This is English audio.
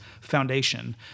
foundation